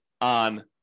on